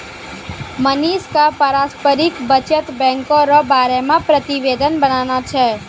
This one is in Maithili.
मनीषा क पारस्परिक बचत बैंको र बारे मे प्रतिवेदन बनाना छै